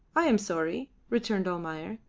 i am sorry, returned almayer.